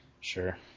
Sure